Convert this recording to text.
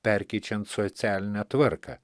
perkeičiant socialinę tvarką